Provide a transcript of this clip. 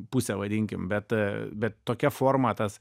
pusė vadinkim bet bet tokia forma tas